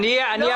היושב-ראש,